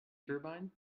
turbine